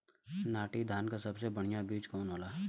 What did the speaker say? नाटी धान क सबसे बढ़िया बीज कवन होला?